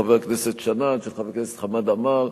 חבר הכנסת שנאן וחבר הכנסת חמד עמאר,